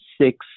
six